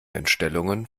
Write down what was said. entstellungen